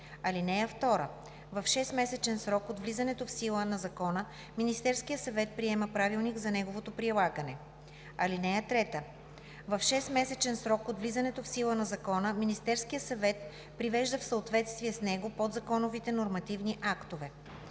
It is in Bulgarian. (2) В 6-месечен срок от влизането в сила на закона Министерският съвет приема правилник за неговото прилагане. (3) В 6-месечен срок от влизането в сила на закона Министерският съвет привежда в съответствие с него подзаконовите нормативни актове.